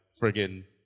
friggin